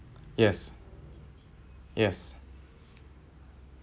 yes yes